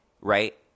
right